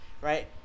right